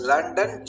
London